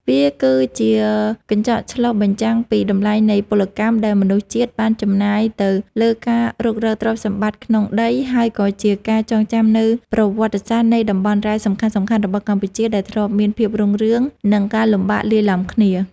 វាគឺជាកញ្ចក់ឆ្លុះបញ្ចាំងពីតម្លៃនៃពលកម្មដែលមនុស្សជាតិបានចំណាយទៅលើការរុករកទ្រព្យសម្បត្តិពីក្នុងដី ហើយក៏ជាការចងចាំនូវប្រវត្តិសាស្ត្រនៃតំបន់រ៉ែសំខាន់ៗរបស់កម្ពុជាដែលធ្លាប់មានភាពរុងរឿង និងការលំបាកលាយឡំគ្នា។